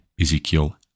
Ezekiel